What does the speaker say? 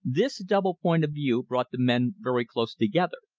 this double point of view brought the men very close together.